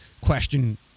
question